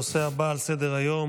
הנושא הבא על סדר-היום,